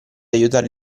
aiutare